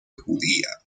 judía